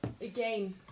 Again